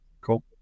Cool